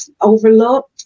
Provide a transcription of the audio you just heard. overlooked